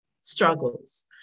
struggles